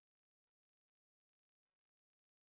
everything also scared what are you most